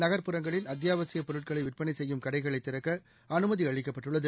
நகர்ப்புறங்களில் அத்தியாவசியப் பொருட்களை விற்பனை செய்யும் கடைகளை திறக்க அனுமதி அளிக்கப்பட்டுள்ளது